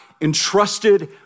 entrusted